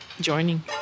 joining